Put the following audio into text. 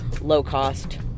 low-cost